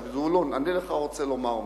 זבולון, אני לך רוצה לומר משהו,